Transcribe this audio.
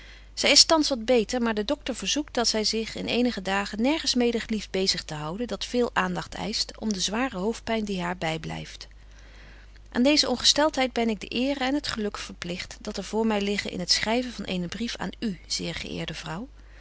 zy is thans wat beter maar de docter verzoekt dat zy zich in eenige dagen nergens mede gelieft bezig te houden dat veel aandagt eischt om den zwaren hoofdpyn die haar byblyft aan deeze ongesteltheid ben ik de eere en het geluk verpligt die er voor my liggen in het schryven van eenen brief aan u zeer geëerde vrouw